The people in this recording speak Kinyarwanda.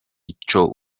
ico